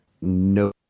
No